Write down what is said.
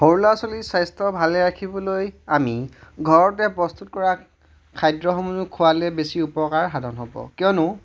সৰু ল'ৰা ছোৱালী স্বাস্থ্য ভালে ৰাখিবলৈ আমি ঘৰতে প্ৰস্তুত কৰা খাদ্যসমূহ খোৱালে বেছি উপকাৰ সাধন হ'ব কিয়নো